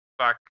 Fuck